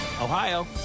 Ohio